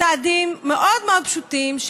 צעדים מאוד מאוד פשוטים,